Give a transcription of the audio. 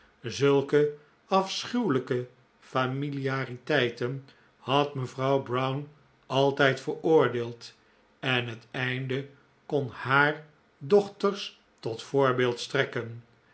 zulke afschuwelijke familiariteiten had mevrouw brown altijd veroordeeld en het einde kon haar dochters tot voorbeeld strekken